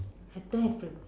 I don't have favorite